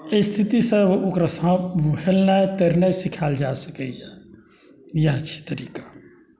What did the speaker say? एहि स्थितिसँ ओकरा हेलनाइ तैरनाइ सिखाएल जा सकैया इएह छै तरीका